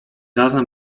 razem